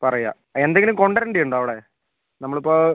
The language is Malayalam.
പറയുക എന്തെങ്കിലും കൊണ്ടുവരേണ്ടി ഉണ്ടോ അവിടെ നമ്മൾ ഇപ്പോൾ